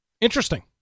interesting